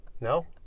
No